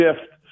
shift